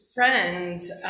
friends